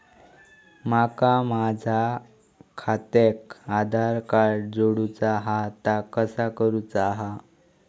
माका माझा खात्याक आधार कार्ड जोडूचा हा ता कसा करुचा हा?